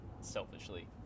selfishly